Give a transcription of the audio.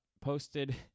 posted